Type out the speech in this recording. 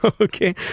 Okay